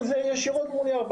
אצלן זה ישירות מול ירפא,